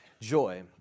joy